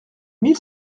mille